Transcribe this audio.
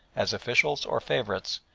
as officials or favourites,